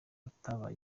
atabaye